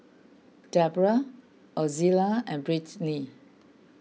Deborah Ozella and Britney